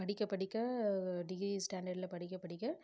படிக்க படிக்க டிகிரி ஸ்டாண்டட்ல படிக்க படிக்க